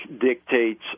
dictates